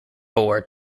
ford